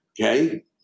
Okay